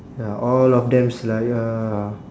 ya all of them is like uh